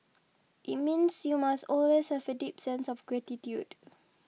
it means you must always have a deep sense of gratitude